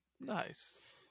Nice